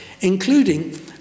including